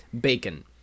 Bacon